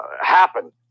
happen